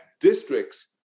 districts